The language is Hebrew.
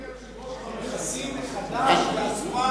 אבל, אדוני היושב-ראש, כבר מכסים מחדש באספלט.